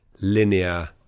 linear